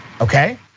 Okay